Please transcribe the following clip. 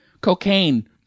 Cocaine